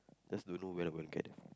just don't know when I'm gonna get